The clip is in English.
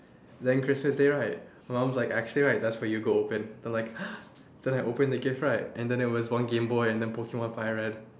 then christmas day right my mom's like actually right that's for you to open then I'm like then I open the gift right and then it was one game boy and then pokemon fire red